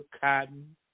cotton